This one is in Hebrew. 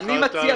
אני מציע